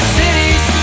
cities